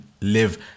live